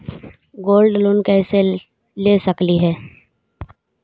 Gold loan कैसे ले सकली हे?